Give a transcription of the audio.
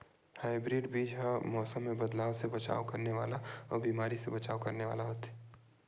hybrid बीज हा मौसम मे बदलाव से बचाव करने वाला अउ बीमारी से बचाव करने वाला होथे